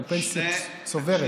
אנחנו פנסיה צוברת.